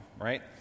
right